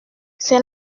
c’est